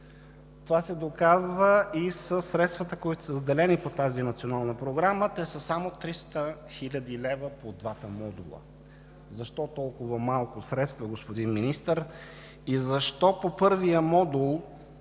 Това се доказва и със средствата, които са заделени по тази национална програма – те са само 300 хил. лв. по двата модула. Защо толкова малко средства, господин Министър, и защо по първия модул